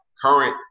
current